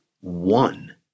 one